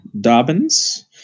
Dobbins